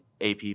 AP